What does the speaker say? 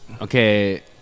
Okay